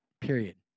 Period